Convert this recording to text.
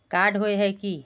Card होय है की?